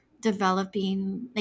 developing